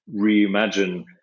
reimagine